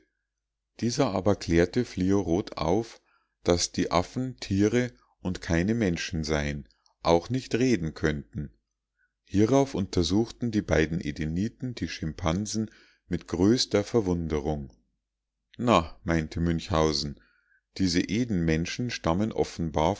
dieser aber klärte fliorot auf daß die affen tiere und keine menschen seien auch nicht reden könnten hierauf untersuchten die beiden edeniten die schimpansen mit größter verwunderung na meinte münchhausen diese edenmenschen stammen offenbar